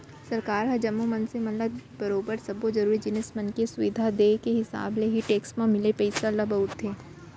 सरकार ह जम्मो मनसे मन ल बरोबर सब्बो जरुरी जिनिस मन के सुबिधा देय के हिसाब ले ही टेक्स म मिले पइसा ल बउरथे